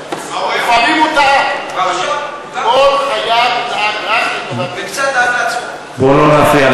הוא דאג רק למדינת ישראל.